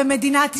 במדינת ישראל,